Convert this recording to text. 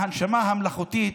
ההנשמה המלאכותית,